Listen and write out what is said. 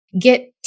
get